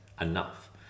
enough